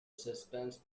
suspense